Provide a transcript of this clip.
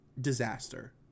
disaster